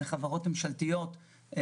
חברות ממשלתיות,